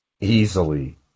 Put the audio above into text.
Easily